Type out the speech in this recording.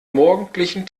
morgendlichen